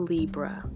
Libra